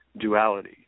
duality